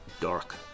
dark